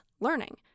learning